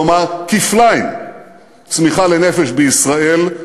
כלומר כפליים צמיחה לנפש בישראל.